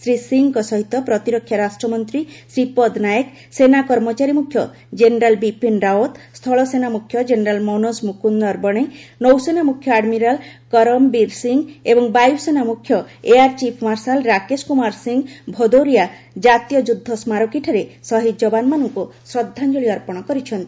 ଶ୍ରୀ ସିଂହଙ୍କ ସହିତ ପ୍ରତିରକ୍ଷା ରାଷ୍ଟ୍ରମନ୍ତ୍ରୀ ଶ୍ରୀପଦ ନାଏକ ସେନାକର୍ମଚାରୀ ମୁଖ୍ୟ ଜେନେରାଲ୍ ବିପିନ୍ ରାଓ୍ୱତ୍ ସ୍ଥଳସେନା ମୁଖ୍ୟ ଜେନେରାଲ୍ ମନୋଜ ମୁକୁନ୍ଦ ନରବଣେ ନୌସେନା ମୁଖ୍ୟ ଆଡ୍ମିରାଲ୍ କରମବୀର ସିଂହ ଏବଂ ବାୟୁସେନା ମୁଖ୍ୟ air chief marshal Rakesh Kumar Singh Bhadauria କାତୀୟ ଯୁଦ୍ଧସ୍କାରକୀଠାରେ ଶହୀଦ୍ ଯବାନମାନଙ୍କୁ ଶ୍ରଦ୍ଧାଞ୍ଜଳି ଅର୍ପଣ କରିଛନ୍ତି